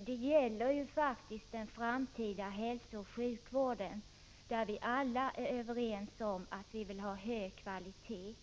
Det gäller ju faktiskt den framtida hälsooch sjukvården där vi alla är överens om att vi vill ha hög kvalitet.